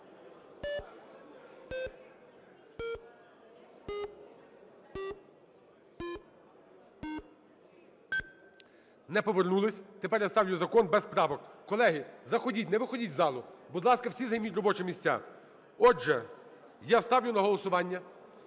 Не повернулись. Тепер я ставлю закон без правок. Колеги, заходіть, не виходіть з залу. Будь ласка, всі займіть робочі місця. Отже, я ставлю на голосування